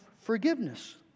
forgiveness